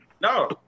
No